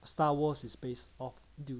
star wars is based off dune